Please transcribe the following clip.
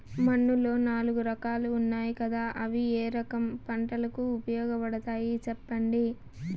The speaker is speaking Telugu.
మన్నులో నాలుగు రకాలు ఉన్నాయి కదా అవి ఏ రకం పంటలకు ఉపయోగపడతాయి చెప్పండి?